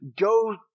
go